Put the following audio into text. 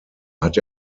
hat